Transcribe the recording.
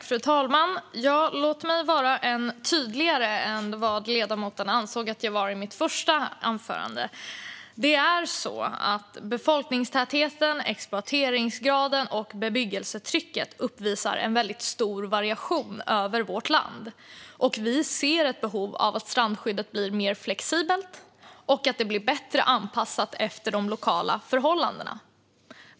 Fru talman! Låt mig vara än tydligare än vad ledamoten ansåg att jag var i mitt första anförande. Befolkningstätheten, exploateringsgraden och bebyggelsetrycket uppvisar en stor variation över vårt land. Vi ser ett behov av att strandskyddet blir mer flexibelt och bättre anpassat efter de lokala förhållandena.